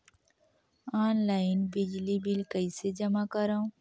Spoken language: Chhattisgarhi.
ऑनलाइन बिजली बिल कइसे जमा करव?